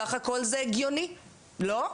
סך הכל זה הגיוני, לא?